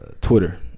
Twitter